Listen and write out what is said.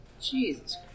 Jesus